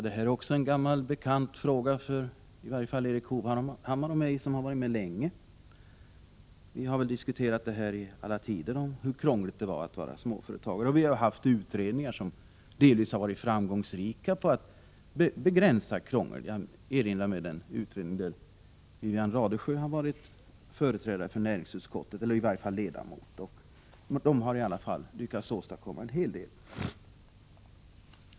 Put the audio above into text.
Det är också en gammal bekant fråga för i varje fall Erik Hovhammar och mig, som har varit med länge. Vi har väl diskuterat i alla tider hur krångligt det är att vara småföretagare. Vi har haft utredningar som delvis varit framgångsrika när det gäller att begränsa krånglet. Jag erinrar mig den utredning där Wivi-Anne Radesjö varit ledamot som i alla fall lyckats åstadkomma en hel del.